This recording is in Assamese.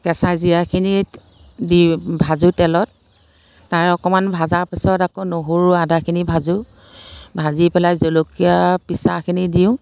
কেঁচা জিৰাখিনি দি ভাজোঁ তেলত তাৰে অকণমান ভাজাৰ পিছত আকৌ নহৰু আদাখিনি ভাজোঁ ভাজি পেলাই জলকীয়া পিচাখিনি দিওঁ